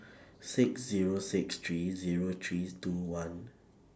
six Zero six three Zero three two one